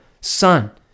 Son